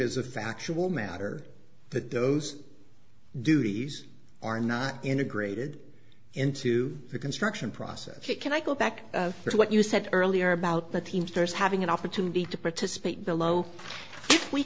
as a factual matter that those duties are not integrated into the construction process can i go back to what you said earlier about the teamsters having an opportunity to participate below if we